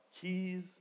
keys